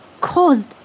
caused